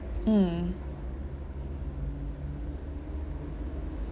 mm